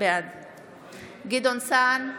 בעד גדעון סער,